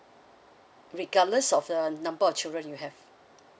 regardless of the number of children you have